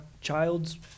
childs